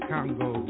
Congo